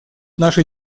нашей